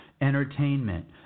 entertainment